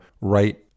right